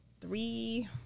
three